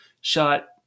shot